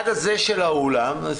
אחראית.